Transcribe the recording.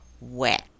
wet